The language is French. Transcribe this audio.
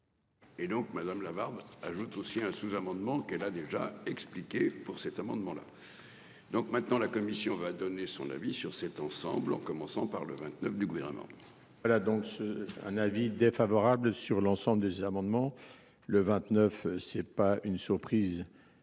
Et donc madame Lavarde ajoute aussi un sous-amendement qu'elle a déjà expliqué pour cet amendement là. Donc maintenant la Commission va donner son avis sur cet ensemble en commençant par le 29 du gouvernement. Voilà donc ce un avis défavorable sur l'ensemble des amendements. Le 29, ce n'est pas une surprise.